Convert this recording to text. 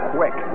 Quick